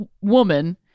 woman